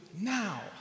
Now